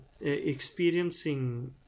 experiencing